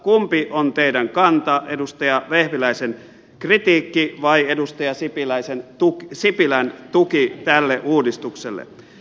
kumpi on teidän kantanne edustaja vehviläisen kritiikki vai edustaja sipilän tuki tälle uudistukselle